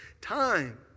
time